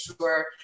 sure